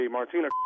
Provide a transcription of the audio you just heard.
Martina